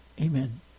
Amen